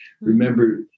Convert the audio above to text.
Remember